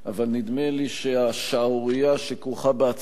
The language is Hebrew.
אבל נדמה לי שהשערורייה שכרוכה בהצעת